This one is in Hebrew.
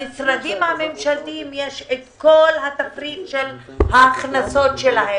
למשרדים הממשלתיים יש כל התפריט של ההכנסות שלהן.